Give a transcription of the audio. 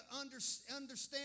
understand